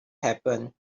happen